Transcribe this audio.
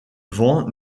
vent